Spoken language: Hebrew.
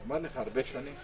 אני אומר לך שזה הרבה שנים.